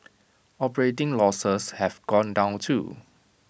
operating losses have gone down too